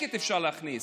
בשקט אפשר להכניס.